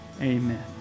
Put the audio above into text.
amen